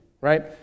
right